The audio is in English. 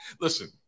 Listen